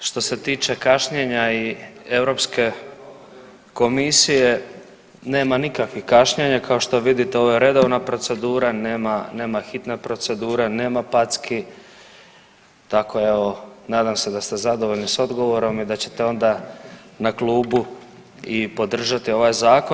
Što se tiče kašnjenja i Europske komisije nema nikakvih kašnjenja kao što vidite ovo je redovna procedura, nema, nema hitna procedura, nema packi tako evo nadam se da ste zadovoljni s odgovorom i da ćete onda na klubu i podržati ovaj zakon.